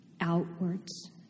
outwards